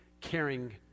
caring